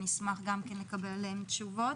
ואני אשמח גם לקבל תשובות.